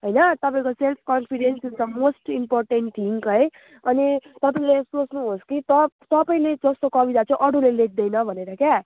होइन तपाईँको self confidence हुन्छ मोस्ट इम्पोर्टेन्ट थिङ है अनि तपाईँले सोच्नुहोस् कि त तपाईँले जस्तो कविता चाहिँ अरूले लेख्दैन भनेर क्या